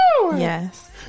Yes